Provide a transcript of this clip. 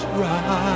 right